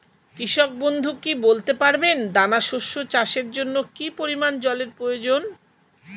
কৃষক বন্ধু কি বলতে পারবেন দানা শস্য চাষের জন্য কি পরিমান জলের প্রয়োজন?